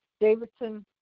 Davidson